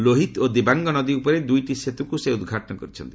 ଲୋହିତ ଓ ଦିବାଙ୍ଗ ନଦୀ ଉପରେ ଦୁଇଟି ସେତୁକୁ ସେ ଉଦ୍ଘାଟନ କରିଛନ୍ତି